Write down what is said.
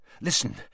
Listen